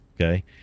Okay